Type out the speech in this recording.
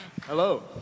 Hello